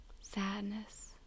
sadness